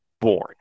born